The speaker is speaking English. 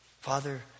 Father